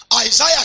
Isaiah